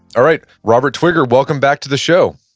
alright. robert twigger, welcome back to the show.